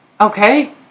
Okay